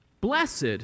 Blessed